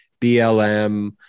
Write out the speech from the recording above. BLM